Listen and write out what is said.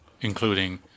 including